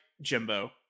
Jimbo